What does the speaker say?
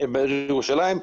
בעיר ירושלים.